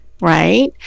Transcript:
right